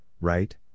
right